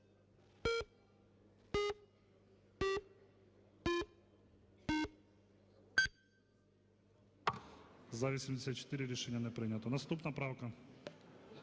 За-82 Рішення не прийнято. Наступна правка.